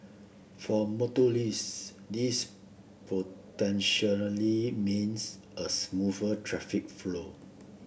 for motorist this potentially means a smoother traffic flow